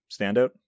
standout